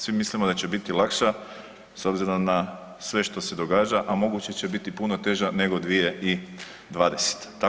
Svi mislimo da će biti lakša s obzirom na sve što se događa, a moguće će biti puno teža nego 2020.-ta.